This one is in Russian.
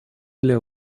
для